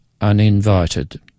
uninvited